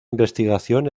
investigación